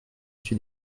reçu